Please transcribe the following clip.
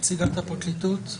נציגת הפרקליטות.